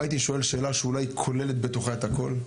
הייתי שואל שאלה שאולי היא כוללת בתוכה את הכל,